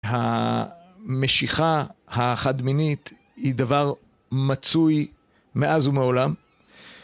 המשיכה החד מינית היא דבר מצוי מאז ומעולם